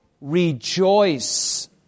rejoice